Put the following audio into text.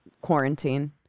quarantine